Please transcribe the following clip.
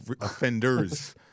offenders